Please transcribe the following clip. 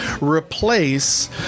replace